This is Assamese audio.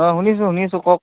অঁ শুনিছোঁ শুনিছোঁ কওক